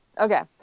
Okay